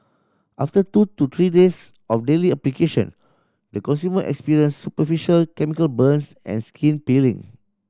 after two to three days of daily application the consumer experienced superficial chemical burns and skin peeling